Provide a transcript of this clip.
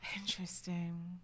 Interesting